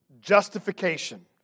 justification